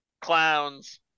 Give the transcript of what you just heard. Clowns